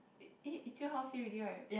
E eh Etude House say already right